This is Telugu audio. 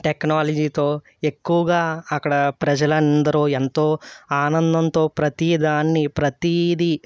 టెక్నాలజీతో ఎక్కువగా అక్కడ ప్రజలందరూ ఎంతో ఆనందంతో ప్రతీదాన్ని ప్రతీది